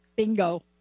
Bingo